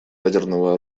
ядерного